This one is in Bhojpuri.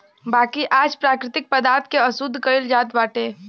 बाकी आज प्राकृतिक पदार्थ के अशुद्ध कइल जात बाटे